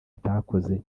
atakoze